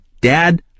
Dad